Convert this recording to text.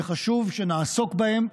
שחשוב שנעסוק בהם,